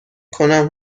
کنم